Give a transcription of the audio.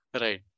Right